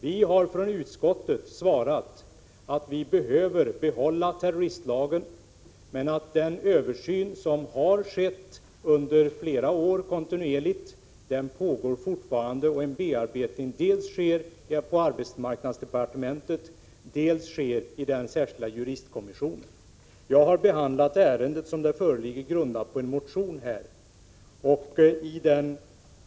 Vi har från utskottet svarat att vi behöver behålla terroristlagen, men att den översyn som kontinuerligt har skett under flera år fortfarande pågår och att en bearbetning sker dels på arbetsmarknadsdepartementet, dels i den särskilda juristkommissionen. Jag har behandlat ärendet som det föreligger, | dvs. grundat på en motion.